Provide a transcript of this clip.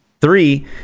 three